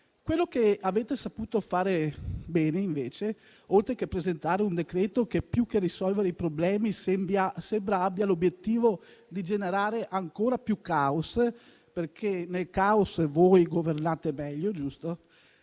maggioranza ha saputo fare bene, invece, oltre che presentare un decreto che, più che risolvere i problemi, sembra abbia l'obiettivo di generare ancora più caos - perché nel caos voi governate meglio, giusto?